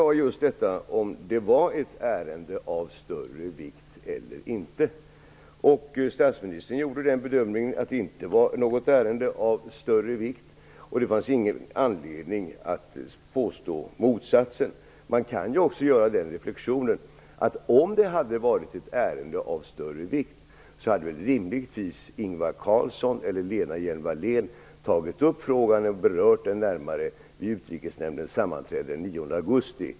Herr talman! Frågan var just om det var ett ärende av större vikt eller inte. Statsministern gjorde bedömningen att det inte var ett ärende av större vikt. Det fanns ingen anledning att påstå motsatsen. Man kan också göra följande reflexion: Om det hade varit ett ärende av större vikt hade Ingvar Carlsson eller Lena Hjelm-Wallén rimligtvis tagit upp frågan och berört den närmare på utrikesnämndens sammanträde den 9 augusti.